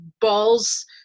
balls